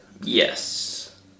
Yes